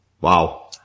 Wow